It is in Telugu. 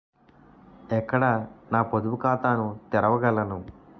ఎక్కడ నా పొదుపు ఖాతాను తెరవగలను?